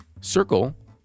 Circle